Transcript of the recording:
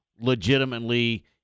legitimately